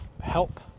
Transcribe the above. help